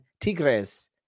Tigres